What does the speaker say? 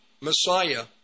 Messiah